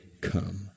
come